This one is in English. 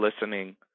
listening